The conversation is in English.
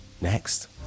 Next